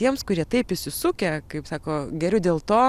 tiems kurie taip įsisukę kaip sako geriu dėl to